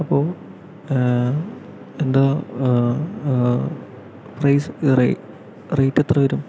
അപ്പൊ എന്താ price rate എത്ര വരും